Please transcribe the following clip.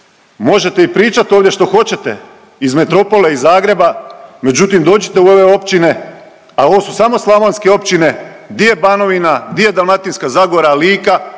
Možete i pričat ovdje što hoćete iz metropole, iz Zagreba, međutim dođite u ove općine, a ovo su samo slavonske općine, di je Banovina, di je Dalmatinska zagora, Lika,